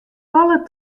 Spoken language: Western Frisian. alle